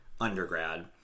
undergrad